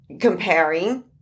comparing